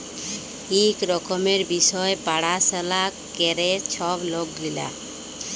ইক রকমের বিষয় পাড়াশলা ক্যরে ছব লক গিলা